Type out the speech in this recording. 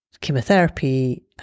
chemotherapy